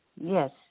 yes